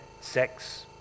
sex